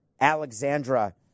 Alexandra